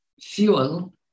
fuel